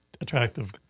attractive